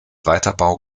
weiterbau